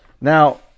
Now